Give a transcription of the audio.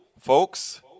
Folks